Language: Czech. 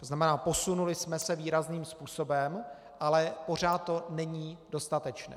To znamená, posunuli jsme se výrazným způsobem, ale pořád to není dostatečné.